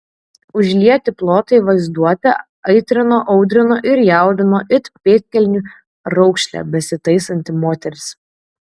užlieti plotai vaizduotę aitrino audrino ir jaudino it pėdkelnių raukšlę besitaisanti moteris